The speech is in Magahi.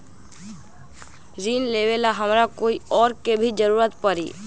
ऋन लेबेला हमरा कोई और के भी जरूरत परी?